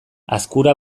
azkura